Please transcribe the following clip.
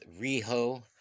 Riho